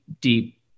deep